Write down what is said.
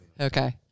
Okay